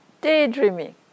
daydreaming